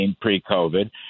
pre-COVID